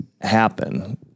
happen